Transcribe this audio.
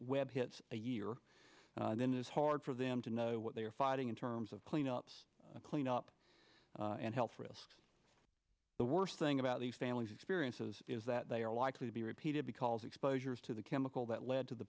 web hits a year then it is hard for them to know what they are fighting in terms of clean ups cleanup and health risks the worst thing about these families experiences is that they are likely to be repeated because exposures to the chemical that led to the